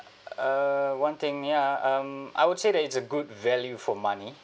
uh one thing ya um I would say that it's a good value for money